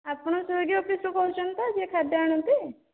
ଆପଣ ସ୍ଵିଗି ଅଫିସରୁ କହୁଛନ୍ତି ତ ଯିଏ ଖାଦ୍ୟ ଆଣନ୍ତି